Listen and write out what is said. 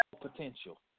potential